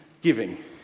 giving